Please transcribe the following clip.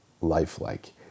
lifelike